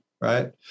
right